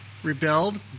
Rebelled